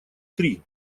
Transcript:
три